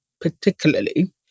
particularly